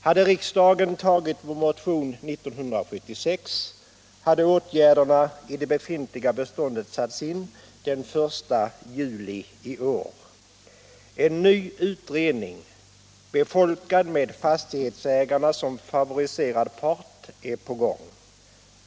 Hade riksdagen bifallit vår motion 1976 hade åtgärderna i det befintliga fastighetsbeståndet satts in den 1 juli i år. En ny utredning, befolkad med fastighetsägarna som favoriserad part, är på gång.